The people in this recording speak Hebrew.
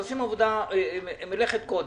הם עושים מלאכת קודש,